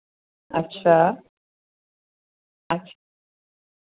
अच्छा अच्छ